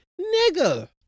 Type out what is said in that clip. nigga